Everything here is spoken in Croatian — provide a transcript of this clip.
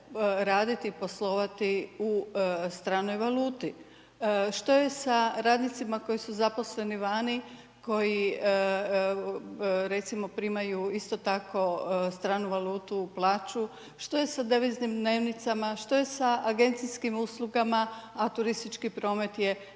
raditi i poslovati u stranoj valuti. Što je sa radnicima koji su zaposleni vani, koji recimo primaju isto tako stranu valutu, plaću, što je sa deviznim dnevnicama, što je sa agencijskim uslugama a turistički promet je